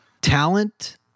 talent